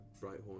Brighthorn